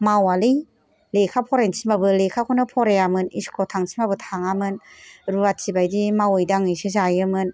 मावालै लेखा फरायनो थिनबाबो लेखाखौनो फरायामोन स्कुलाव थांनो थिनबाबो थाङामोन रुवाथि बादि मावै दाङैसो जायोमोन